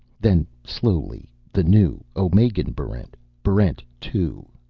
then slowly, the new omegan barrent, barrent two,